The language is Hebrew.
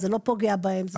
זה לא פוגע בהם.